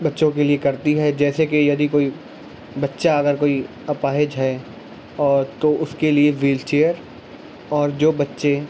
بچوں کے لیے کرتی ہے جیسے کہ یدی کوئی بچہ اگر کوئی اپاہچ ہے اور تو اس کے لیے وہیل چیئر اور جو بچے